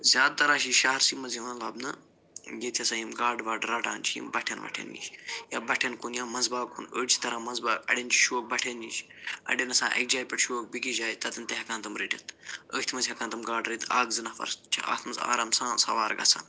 زیادٕ تر حظ چھِ شہرسٕے منٛز یِوان لبنہٕ ییٚتہِ ہَسا یِم گاڈٕ واڈٕ رَٹان چھِ یِم بَٹھٮ۪ن وَٹھٮ۪ن نِش یا بَٹھٮ۪ن کُن یا منٛز باغ کُن أڑۍ چھِ تران منٛز باغ اَڑٮ۪ن چھُ شوق بَٹھٮ۪ن نِش اَڑٮ۪ن آسان اَکہِ جایہِ پٮ۪ٹھ شوق بیٚکِس جاے تَتٮ۪ن تہِ ہٮ۪کان تِم رٔٹِتھ أتھۍ منٛز ہٮ۪کان تِم گاڈٕ رٔتھ اکھ زٕ نفر چھِ اتھ منٛز آرام سان سَوار گَژھان